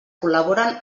col·laboren